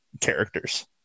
characters